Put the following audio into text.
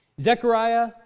Zechariah